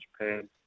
Japan